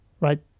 Right